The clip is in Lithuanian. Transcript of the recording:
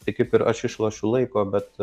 tai kaip ir aš išlošiu laiko bet